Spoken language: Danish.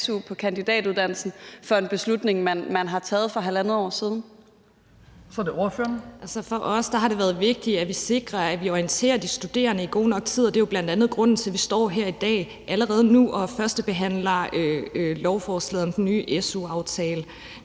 Så er det ordføreren. Kl. 16:46 Sandra Elisabeth Skalvig (LA): For os har det været vigtigt, at vi sikrer, at vi orienterer de studerende i god nok tid. Det er jo bl.a. grunden til, at vi står her i dag og allerede nu førstebehandler lovforslaget om den nye su-aftale.